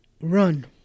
run